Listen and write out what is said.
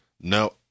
No